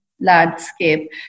landscape